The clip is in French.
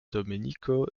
domenico